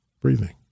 breathing